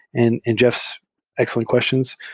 and in jeff's excellent questions.